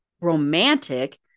romantic